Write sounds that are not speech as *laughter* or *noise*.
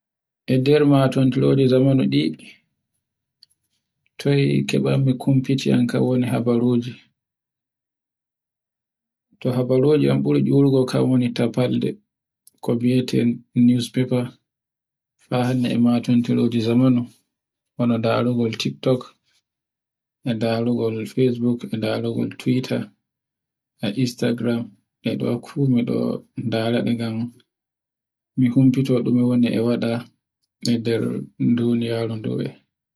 E nde matintiro je zamani ɗi, toy keɓanmi comfiti ka woni habaaruji. *noise* To habaruuji ɗin ɓuri eruki kan woni taffalde ko mbiyeten newspaper. *noise* Faa hannde e matintiron zamanu, *noise* wanu ndarugol tiktok, e nderugo facebook, e ndarugo tweetter, *noise* e instagram e ɗo fuu ko ɗo ndarago, mi humfito ko mi woni *noise* e waɗa e nder duniyaru ndu.